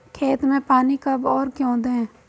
खेत में पानी कब और क्यों दें?